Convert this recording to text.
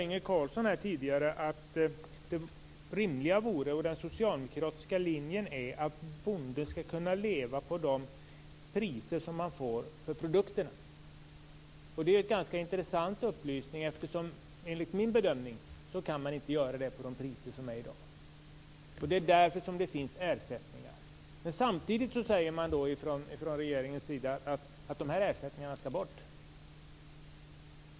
Inge Carlsson sade tidigare att det rimliga vore och att den socialdemokratiska linjen är att bonden skall kunna leva på de priser som man kan ta ut för produkterna. Det är en ganska intressant upplysning, eftersom man enligt min bedömning inte kan göra det med de priser som är i dag. Det är därför som det finns ersättningar. Men samtidigt säger man från regeringens sida att ersättningarna skall bort.